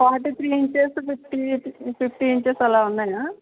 forty three inches fifty fifty inches అలా ఉన్నాయా